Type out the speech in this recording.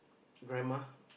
grandma